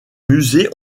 musées